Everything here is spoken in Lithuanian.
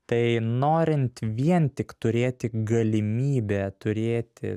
tai norint vien tik turėti galimybę turėti